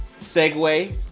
segue